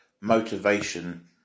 motivation